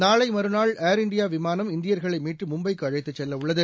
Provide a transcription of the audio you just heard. நாளை மறநாள் air India விமானம் இந்தியர்களை மீட்டு மும்பைக்கு அழைத்துச் செல்ல உள்ளது